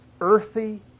earthy